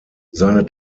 seine